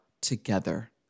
together